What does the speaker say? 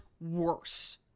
worse